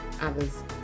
others